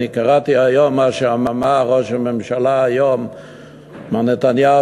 קראתי היום מה שאמר ראש הממשלה מר נתניהו,